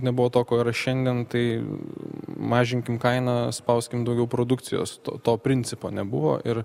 nebuvo to ko yra šiandien tai mažinkim kainą spauskim daugiau produkcijos to to principo nebuvo ir